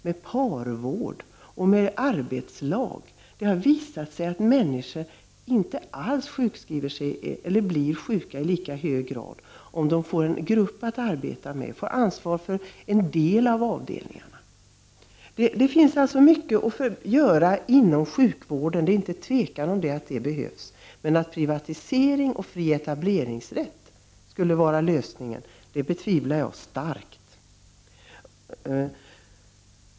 Det har införts parvård och arbetslag. Det har nämligen visat sig att personal inte sjukskriver sig i lika hög grad om man får arbeta i en grupp och får ansvar för en del av avdelningarna. Det finns alltså mycket att göra inom sjukvården. Det råder inget tvivel om att det också behövs. Men att privatisering och fri etableringsrätt är lösningen på problemen betvivlar jag starkt.